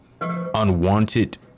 unwanted